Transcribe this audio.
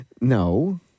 no